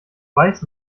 weiß